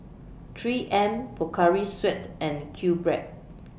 three M Pocari Sweat and QBread